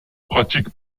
pratique